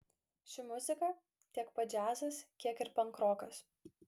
ši muzika tiek pat džiazas kiek ir pankrokas